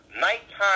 nighttime